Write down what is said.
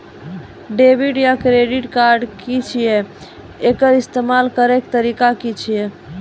Debit या credit card की छियै? एकर इस्तेमाल करैक तरीका की छियै?